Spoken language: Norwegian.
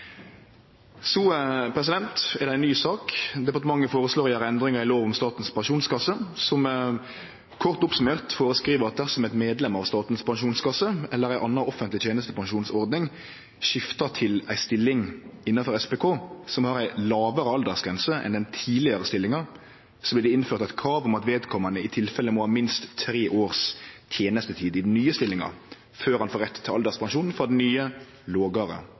er det ei ny sak. Departementet føreslår å gjere endringar i lov om Statens pensjonskasse, som kort oppsummert føreskriv at dersom ein medlem av Statens pensjonskasse, eller ei anna offentleg tenestepensjonsordning, skiftar til ei stilling innanfor SPK som har ei lågare aldersgrense enn den tidlegare stillinga, vil ein innføre eit krav om at vedkommande i tilfelle må ha minst tre års tenestetid i den nye stillinga før han får rett på alderspensjon frå den nye, lågare